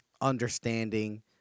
understanding